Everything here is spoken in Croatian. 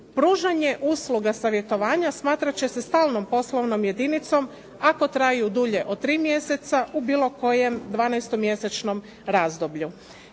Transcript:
Pružanje usluga savjetovanja smatrat će se stalnom poslovnom jedinicom ako traju dulje od tri mjeseca u bilo kojem dvanaestomjesečnom razdoblju.